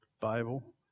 Bible